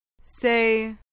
Say